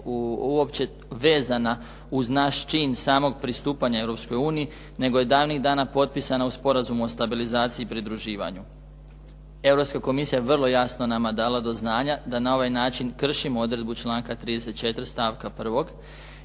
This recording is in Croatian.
uopće vezana uz naš čin samog pristupanja Europskoj uniji, nego je davnih dana potpisana u Sporazumu o stabilizaciji i pridruživanju. Europska Komisija vrlo je jasno nama dala do znanja da na ovaj način kršimo odredbu članka 34. stavka 1.